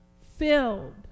filled